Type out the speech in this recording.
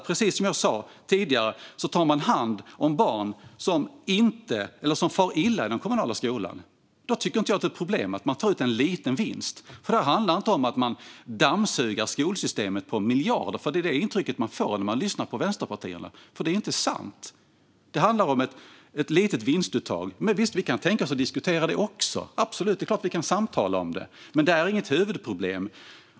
Precis som jag sa tidigare tar de ofta hand om barn som far illa i den kommunala skolan. Då tycker jag inte att det är ett problem att de tar ut en liten vinst. Det handlar inte om att de dammsuger skolsystemet på miljarder. Det intrycket får man när man lyssnar på partierna till vänster. Det är inte sant. Det handlar om ett litet vinstuttag. Men visst kan vi tänka oss att diskutera det också - absolut. Det är klart att vi kan samtala om det. Men det är inget huvudproblem.